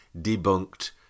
debunked